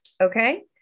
okay